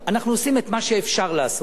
אנחנו עושים את מה שאפשר לעשות.